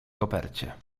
kopercie